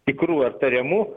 tikrų ar tariamų